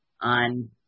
on